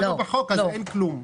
זה לא בחוק אז אין כלום.